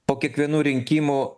po kiekvienų rinkimų